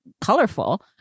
colorful